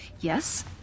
yes